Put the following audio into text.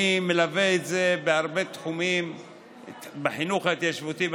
אני מלווה את זה בהרבה תחומים בחינוך ההתיישבותי,